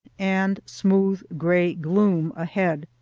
and smooth gray gloom ahead.